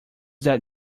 that